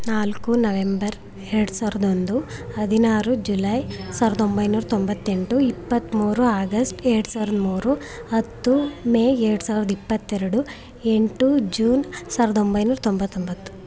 ನಾಲ್ಕು ನವೆಂಬರ್ ಎರಡು ಸಾವ್ರ್ದ ಒಂದು ಹದಿನಾರು ಜುಲೈ ಸಾವ್ರ್ದ ಒಂಬೈನೂರ ತೊಂಬತ್ತೆಂಟು ಇಪ್ಪತ್ತ್ಮೂರು ಆಗಸ್ಟ್ ಎರಡು ಸಾವ್ರ್ದ ಮೂರು ಹತ್ತು ಮೇ ಎರಡು ಸಾವ್ರ್ದ ಇಪ್ಪತ್ತೆರಡು ಎಂಟು ಜೂನ್ ಸಾವ್ರ್ದ ಒಂಬೈನೂರ ತೊಂಬತ್ತೊಂಬತ್ತು